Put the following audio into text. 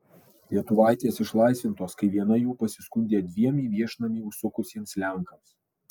lietuvaitės išlaisvintos kai viena jų pasiskundė dviem į viešnamį užsukusiems lenkams